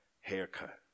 haircut